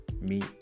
meet